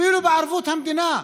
אפילו בערבות המדינה.